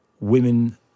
Women